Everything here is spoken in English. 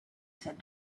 said